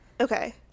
okay